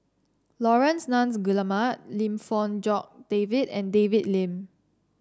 Laurence Nunns Guillemard Lim Fong Jock David and David Lim